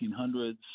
1800s